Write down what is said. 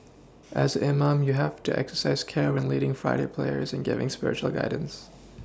as imam you have to exercise care when leading Friday prayers and giving spiritual guidance